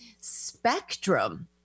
spectrum